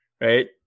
right